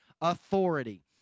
authority